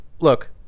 Look